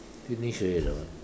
finish already that one